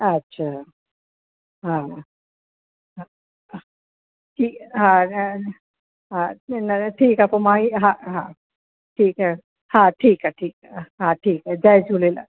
अछा हा हा हा ठी हा हा न ठीकु आहे पोइ मां इ हा हा ठीकु आहे हा ठीकु आहे ठीकु आहे हा ठीकु आहे जय झूलेलाल